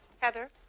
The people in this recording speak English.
Heather